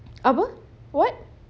apa what